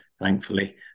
thankfully